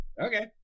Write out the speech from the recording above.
Okay